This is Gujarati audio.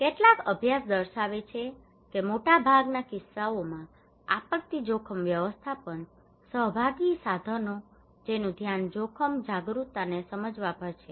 કેટલાક અભ્યાસ દર્શાવે છે કે મોટાભાગના કિસ્સાઓમાં આપત્તિ જોખમ વ્યવસ્થાપન સહભાગી સાધનો જેનું ધ્યાન જોખમ જાગરૂકતાને સમજવા પર છે